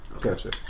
Gotcha